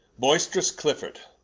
boyst'rous clifford,